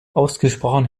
ausgesprochen